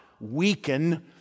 weaken